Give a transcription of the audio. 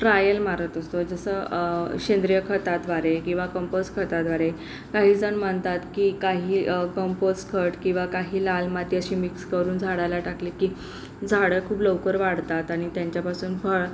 trial मारत असतो जसं सेंद्रिय खताद्वारे किंवा कंपोज खताद्वारे काही जण म्हणतात की काही कंपोज खत किंवा काही लाल माती अशी मिक्स करून झाडाला टाकले की झाडं खूप लवकर वाढतात आणि त्यांच्यापासून फळ